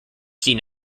seen